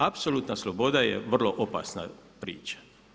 Apsolutna sloboda je vrlo opasna priča.